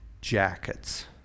jackets